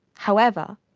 however,